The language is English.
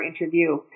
interview